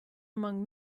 among